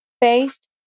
based